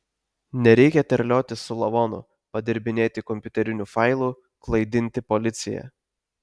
nereikia terliotis su lavonu padirbinėti kompiuterinių failų klaidinti policiją